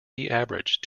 average